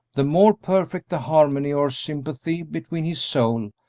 the more perfect the harmony or sympathy between his soul,